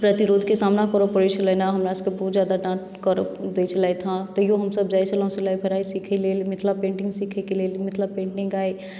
प्रतिरोधके सामना करय पड़ै छलनि हँ हमरा सभकेँ बहुत जादा डांँट दै छलथि हँ तैयो हमसभ जाइ छलहुँ सिलाई कढ़ाई सिखय लेल मिथिला पेन्टिंग सिखय लेल मिथिला पेन्टिंग केँ आइ